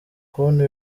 kubona